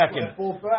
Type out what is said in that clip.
second